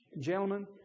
Gentlemen